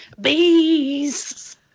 Bees